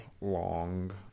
long